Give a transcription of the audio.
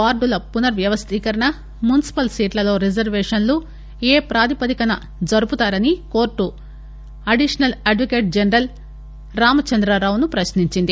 వార్డుల పునర్వవస్టీకరణ మున్పిపల్ సీట్లలో రిజర్వేషన్లు ఏ ప్రాతిపదిక జరుపుతారని కోర్టు అడిషనల్ అడ్పకేట్ జనరల్ రామచంద్రారావును ప్రశ్నించింది